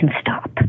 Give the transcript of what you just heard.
stop